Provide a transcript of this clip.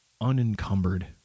unencumbered